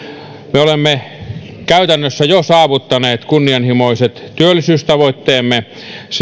me olemme käytännössä jo saavuttaneet kunnianhimoiset työllisyystavoitteemme